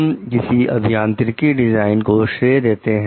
हम किसी अभियांत्रिकी डिजाइन को श्रेय देते हैं